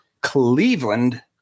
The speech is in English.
Cleveland